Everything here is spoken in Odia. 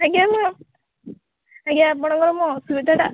ଆଜ୍ଞା ମୁଁ ଆଜ୍ଞା ଆପଣଙ୍କର ଅସୁବିଧାଟା